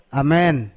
amen